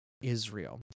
Israel